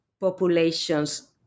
populations